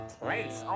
place